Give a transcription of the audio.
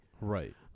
Right